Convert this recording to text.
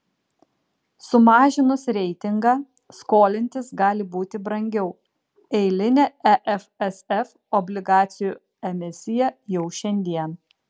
sumažinus reitingą skolintis gali būti brangiau eilinė efsf obligacijų emisija jau šiandien